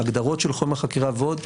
ההגדרות של חומר החקירה ועוד,